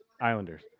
Islanders